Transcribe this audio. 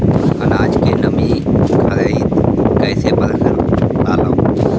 आनाज के नमी घरयीत कैसे परखे लालो?